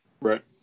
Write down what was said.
Right